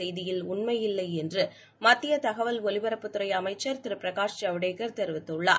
செய்தியில் உண்மையில்லை என்று மத்திய தகவல் ஒலிபரப்புத் துறை அமைச்சர் திரு பிரகாஷ் ஜவடேகர் தெரிவித்துள்ளார்